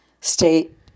state